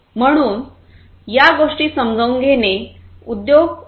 म्हणून या गोष्टी समजून घेणे इंडस्ट्री 4